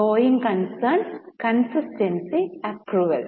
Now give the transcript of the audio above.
going concern consistency accrual